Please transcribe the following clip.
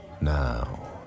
Now